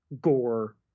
gore